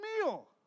meal